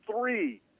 three